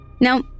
Now